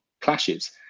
clashes